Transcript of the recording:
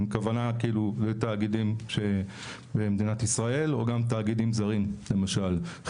הכוונה כאילו לתאגידים ממדינת ישראל או גם תאגידים זרים למשל?